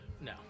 No